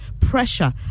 pressure